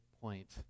point